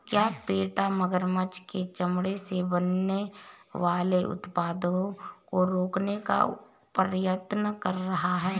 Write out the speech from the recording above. क्या पेटा मगरमच्छ के चमड़े से बनने वाले उत्पादों को रोकने का प्रयत्न कर रहा है?